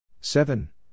seven